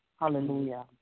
Hallelujah